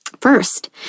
first